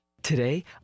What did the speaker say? Today